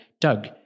Doug